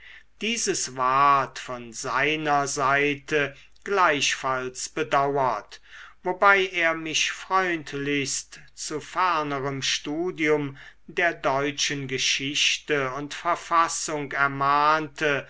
dieses ward von seiner seite gleichfalls bedauert wobei er mich freundlichst zu fernerem studium der deutschen geschichte und verfassung ermahnte